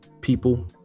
people